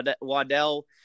Waddell